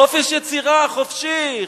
חופש יצירה חופשי,